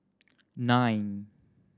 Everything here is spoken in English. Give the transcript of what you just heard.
nine